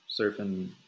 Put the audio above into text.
surfing